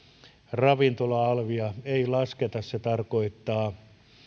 ravintola alvia ei lasketa se tarkoittaa